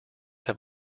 have